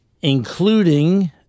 including